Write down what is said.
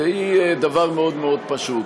והיא דבר מאוד מאוד פשוט: